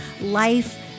life